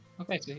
okay